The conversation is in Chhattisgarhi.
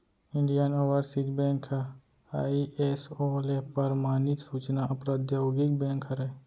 इंडियन ओवरसीज़ बेंक ह आईएसओ ले परमानित सूचना प्रौद्योगिकी बेंक हरय